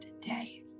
today